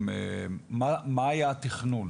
מה היה התכנון,